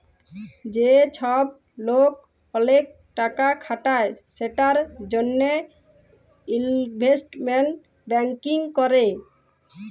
যে চ্ছব লোক ওলেক টাকা খাটায় সেটার জনহে ইলভেস্টমেন্ট ব্যাঙ্কিং ক্যরে